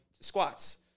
squats